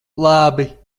labi